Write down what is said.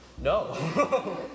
No